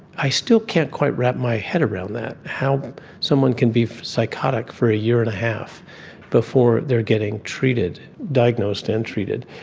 i still can't quite wrap my head around that, how someone can be psychotic for a year and a half before they are getting treated, diagnosed and treated.